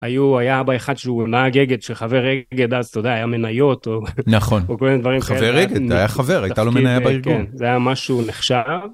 היה אבא אחד שהוא נהג אגד של חבר אגד, אז אתה יודע, היה מניות, או כל מיני דברים. חבר אגד, היה חבר, הייתה לו מניה בארגון. זה היה משהו נחשב.